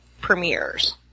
premieres